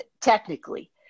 technically